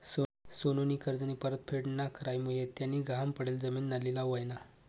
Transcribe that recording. सोनूनी कर्जनी परतफेड ना करामुये त्यानी गहाण पडेल जिमीनना लिलाव व्हयना